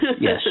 Yes